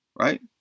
right